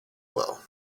well